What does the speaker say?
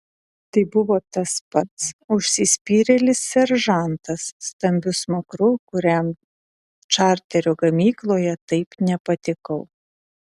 tai buvo tas pats užsispyrėlis seržantas stambiu smakru kuriam čarterio gamykloje taip nepatikau